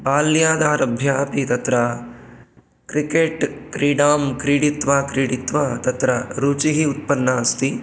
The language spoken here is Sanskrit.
बाल्यादारभ्य अपि तत्र क्रिकेट् क्रीडां क्रीडित्वा क्रीडित्वा तत्र रुचिः उत्पन्ना अस्ति